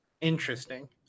Interesting